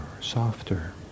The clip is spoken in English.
softer